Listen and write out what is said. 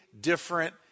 different